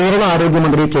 കേരള ആരോഗ്യ മന്ത്രി കെ